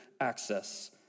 access